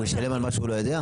הוא ישלם על מה שהוא לא יודע?